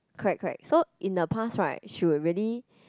correct correct so in the past right she would really